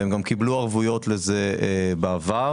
הם גם קיבלו ערבויות לזה בעבר.